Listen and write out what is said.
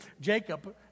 Jacob